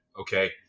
Okay